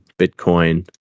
bitcoin